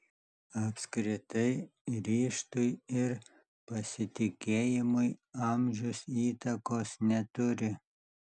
apskritai ryžtui ir pasitikėjimui amžius įtakos neturi